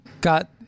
got